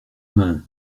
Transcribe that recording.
main